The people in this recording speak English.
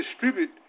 distribute